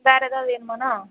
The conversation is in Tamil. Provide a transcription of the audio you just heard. வேற ஏதாவது வேணுமாண்ணா